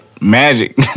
magic